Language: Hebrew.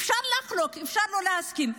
אפשר לחלוק, אפשר לא להסכים.